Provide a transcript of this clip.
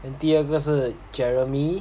and then 第二个是 jeremy